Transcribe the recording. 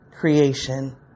creation